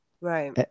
Right